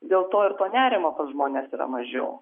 dėl to ir to nerimo pas žmones yra mažiau